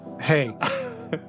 Hey